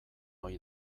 ohi